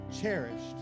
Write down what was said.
cherished